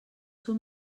són